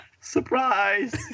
surprise